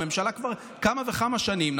הממשלה כבר כמה וכמה שנים,